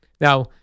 Now